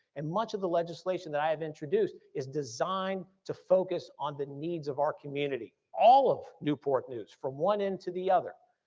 and much of the legislation that i have introduced is designed to focus on the needs of our community, all of newport news, from one end to the other.